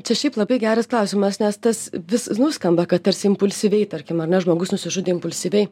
čia šiaip labai geras klausimas nes tas vis nuskamba kad tarsi impulsyviai tarkim ar ne žmogus nusižudė impulsyviai